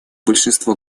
большинство